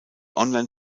online